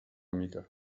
mica